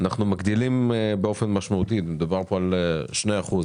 אנחנו מגדילים באופן משמעותי - מדובר כאן על 2 אחוזים,